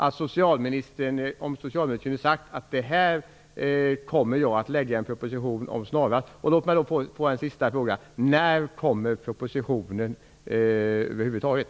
Det hade varit bra om socialministern hade kunnat säga att hon kommer att lägga fram en proposition om det här snarast. Låt mig få ställa en sista fråga. När kommer propositionen över huvud taget?